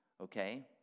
okay